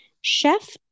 Chef